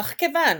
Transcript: אך כיוון